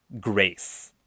grace